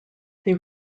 they